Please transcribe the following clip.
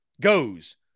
goes